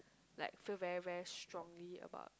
like feel very very strongly about